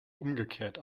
umgekehrt